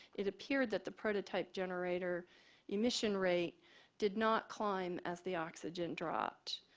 it appeared that the prototype generator emission rate did not climb as the oxygen dropped.